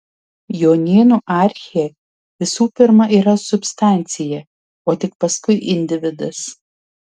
jonėnų archė visų pirma yra substancija o tik paskui individas